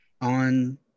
on